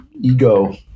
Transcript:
ego